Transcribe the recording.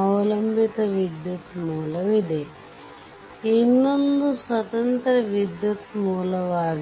ಅವಲಂಬಿತ ವಿದ್ಯುತ್ ಮೂಲವಿದೆ ಇನ್ನೊಂದು ಸ್ವತಂತ್ರ ವಿದ್ಯುತ್ ಮೂಲವಾಗಿದೆ